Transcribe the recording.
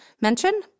mention